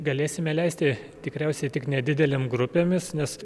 galėsime leisti tikriausiai tik nedidelėm grupėmis nes